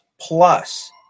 plus